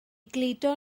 gludo